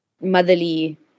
motherly